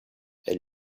elle